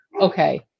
okay